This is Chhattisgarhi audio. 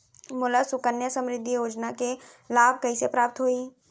मोला सुकन्या समृद्धि योजना के लाभ कइसे प्राप्त होही?